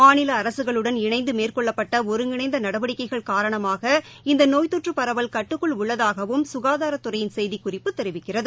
மாநில அரசுகளுடன் இணைந்து மேற்கொள்ளப்பட்ட ஒருங்கிணைந்த நடவடிக்கைகள் காரணமாக இந்த நோய்த்தொற்று பரவல் கட்டுக்குள் உள்ளதாகவும் சுகாதாரத்துறையின் செய்திக்குறிப்பு தெரிவிக்கிறது